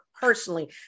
personally